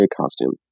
costume